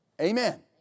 Amen